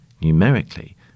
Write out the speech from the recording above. Numerically